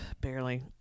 Barely